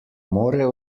more